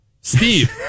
Steve